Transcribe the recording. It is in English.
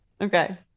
Okay